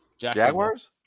Jaguars